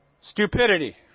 Stupidity